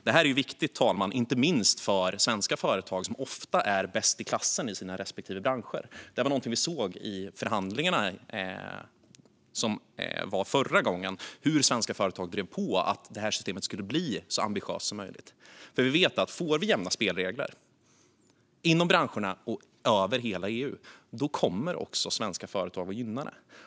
Detta är viktigt inte minst för svenska företag, som ofta är bäst i klassen i sina respektive branscher. Vi såg i förhandlingarna förra gången hur svenska företag drev på för att systemet skulle bli så ambitiöst som möjligt. Om det blir jämna spelregler inom branscherna och över hela EU kommer också svenska företag att gynna det.